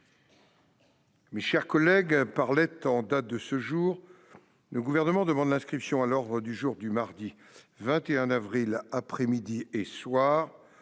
Mes chers collègues, par lettre en date de ce jour, le Gouvernement demande l'inscription à l'ordre du jour du mardi 21 avril, après-midi et soir,